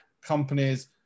companies